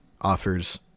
offers